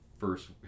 first